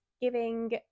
giving